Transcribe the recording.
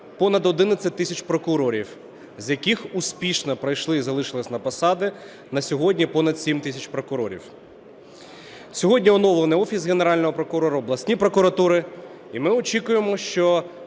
понад 11 тисяч прокурів, з яких успішно пройшли і залишилися на посадах на сьогодні понад 7 тисяч прокурів. Сьогодні оновлений Офіс Генерального прокурора, обласні прокуратури, і ми очікуємо, що